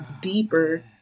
deeper